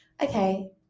okay